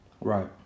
Right